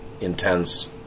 intense